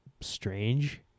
strange